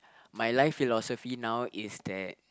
my life philosophy now is that